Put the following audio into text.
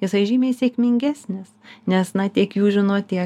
jisai žymiai sėkmingesnis nes na tiek jūs žinot tiek